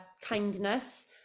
kindness